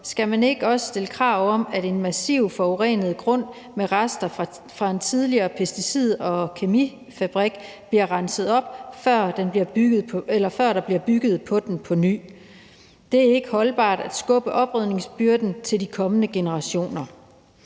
Skal man ikke også stille krav om, at en massivt forurenet grund med rester fra en tidligere pesticid- og kemifabrik bliver renset op, før der bliver bygget på den på ny? Det er ikke holdbart at skubbe oprydningsbyrden til de kommende generationer.